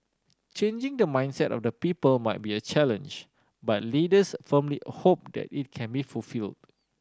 changing the mindset of the people might be a challenge but leaders firmly hope that it can be fulfilled